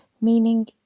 meaning